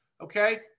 okay